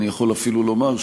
אני יכול אפילו לומר,